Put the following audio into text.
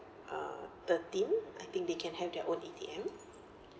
uh thirteen I think they can have their own A_T_M